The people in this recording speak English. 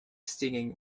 stinging